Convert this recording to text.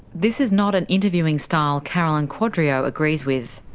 this is not an interviewing style carolyn quadrio agrees with.